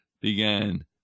began